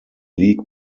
league